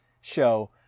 show